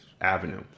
Avenue